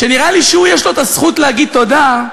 שנראה לי שהוא, יש לו הזכות להגיד תודה,